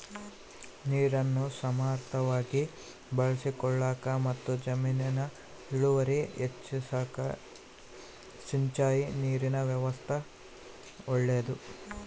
ನೀರನ್ನು ಸಮರ್ಥವಾಗಿ ಬಳಸಿಕೊಳ್ಳಾಕಮತ್ತು ಜಮೀನಿನ ಇಳುವರಿ ಹೆಚ್ಚಿಸಾಕ ಸಿಂಚಾಯಿ ನೀರಿನ ವ್ಯವಸ್ಥಾ ಒಳ್ಳೇದು